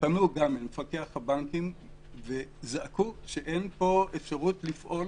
פנינו למפקח על הבנקים וזעקנו שאין פה אפשרות לפעול